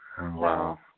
Wow